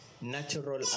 natural